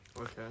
okay